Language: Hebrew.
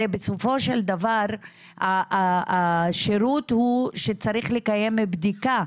הרי בסופו של דבר השירות הוא שצריך לקיים בדיקה,